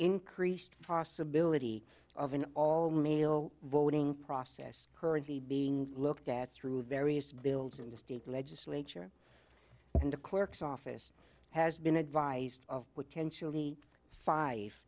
increased possibility of an all male voting process currently being looked at through various bills in the state legislature and the clerk's office has been advised of potentially five